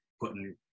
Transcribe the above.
putting